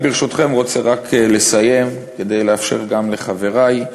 ברשותכם, אני רוצה לסיים, כדי לאפשר גם לחברי.